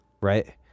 Right